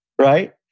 right